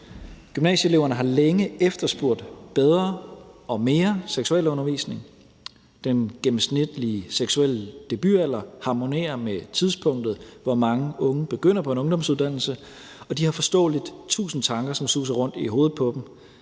Gymnasieeleverne har længe efterspurgt bedre og mere seksualundervisning. Den gennemsnitlige seksuelle debutalder harmonerer med tidspunktet, hvor mange unge begynder på en ungdomsuddannelse, og de har forståeligt tusind tanker, som suser rundt i hovedet på dem,